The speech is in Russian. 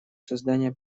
создание